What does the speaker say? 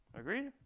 agree?